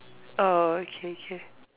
orh K K